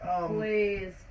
Please